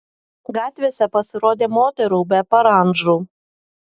gatvėse pasirodė moterų be parandžų